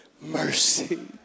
Mercy